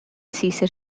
cesar